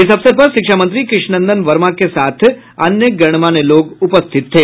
इस अवसर पर शिक्षा मंत्री कृष्णनंदन वर्मा के साथ अन्य गणमान्य लोग उपस्थित थे